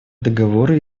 договора